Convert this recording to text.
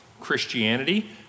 Christianity